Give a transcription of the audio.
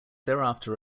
thereafter